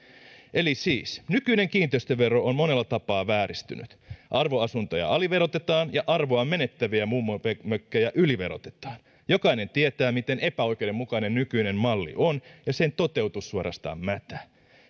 siis nykyinen kiinteistövero on monella tapaa vääristynyt arvoasuntoja aliverotetaan ja arvoaan menettäviä mummonmökkejä yliverotetaan jokainen tietää miten epäoikeudenmukainen nykyinen malli on ja sen toteutus suorastaan mätä